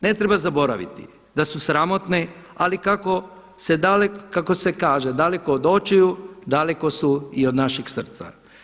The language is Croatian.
Ne treba zaboraviti da su sramotne, ali kako se kaže daleko od očiju daleko su i od naše srca.